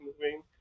moving